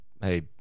hey